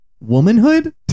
womanhood